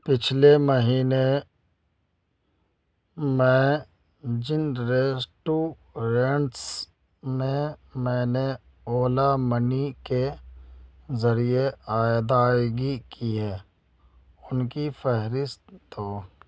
پچھلے مہینے میں جن ریسٹورینٹس میں میں نے اولا منی کے ذریعے ادائیگی کی ہے ان کی فہرست دو